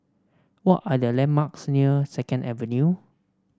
what are the landmarks near Second Avenue